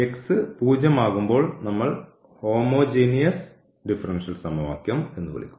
0 ആകുമ്പോൾ നമ്മൾ homogeneous differential സമവാക്യം എന്ന് വിളിക്കുന്നു